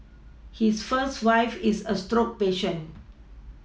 his first wife is a stroke patient